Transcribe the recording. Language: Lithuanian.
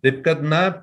taip kad na